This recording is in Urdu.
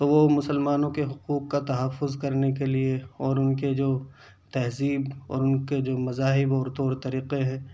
تو وہ مسلمانوں کے حقوق کا تحفظ کرنے کے لیے اور ان کے جو تہذیب اور ان کے جو مذاہب اور طور طریقہ ہے